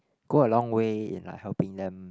go a long way in like helping them